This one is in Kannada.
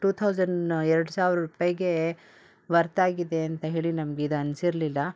ಟು ಥೌಸಂಡ್ ಎರಡು ಸಾವಿರ ರೂಪಾಯಿಗೆ ವರ್ತಾಗಿದೆ ಅಂತ ಹೇಳಿ ನಮಗೆ ಇದು ಅನ್ಸಿರಲಿಲ್ಲ